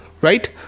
right